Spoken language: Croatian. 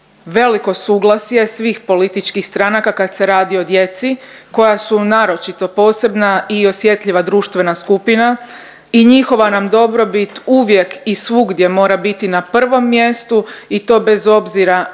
veliko suglasje svih političkih stranaka kad se radi o djeci koja su naročito posebna i osjetljiva društvena skupina i njihova nam dobrobit uvijek i svugdje mora biti na prvom mjestu i to bez obzira na